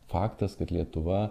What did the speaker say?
faktas kad lietuva